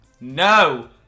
No